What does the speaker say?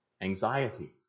anxiety